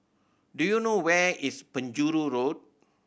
do you know where is Penjuru Road